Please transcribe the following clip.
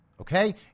Okay